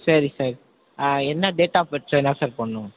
சரி சார் ஆ என்ன டேட் ஆப் பெர்த் சார் என்ன சார் போடணும்